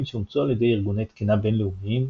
שאומצו על ידי ארגוני תקינה בינלאומיים,